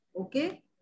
Okay